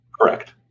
Correct